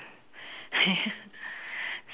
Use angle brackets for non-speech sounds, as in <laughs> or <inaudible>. <laughs>